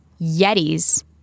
Yetis